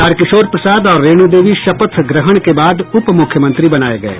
तारकिशोर प्रसाद और रेणु देवी शपथ ग्रहण के बाद उप मुख्यमंत्री बनाये गये